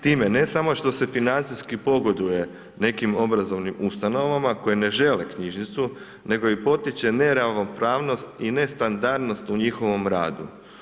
Time ne samo što se financijski pogoduje nekim obrazovnim ustanovama koje ne žele knjižnicu, nego i potiče neravnopravnost i nestandardnost u njihovom radu.